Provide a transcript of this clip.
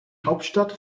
hauptstadt